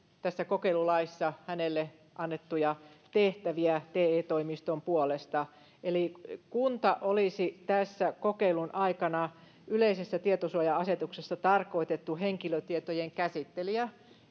tässä kokeilulaissa hänelle annettuja tehtäviä te toimiston puolesta eli kunta olisi tässä kokeilun aikana yleisessä tietosuoja asetuksessa tarkoitettu henkilötietojen käsittelijä